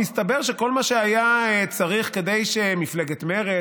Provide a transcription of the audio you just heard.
מסתבר שכל מה שהיה צריך כדי שבמפלגת מרצ,